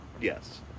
yes